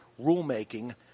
rulemaking